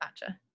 gotcha